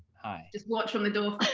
just watched from the door